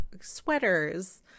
sweaters